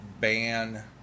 ban